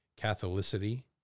Catholicity